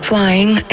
flying